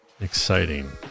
Exciting